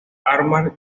amar